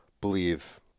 believe